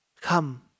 Come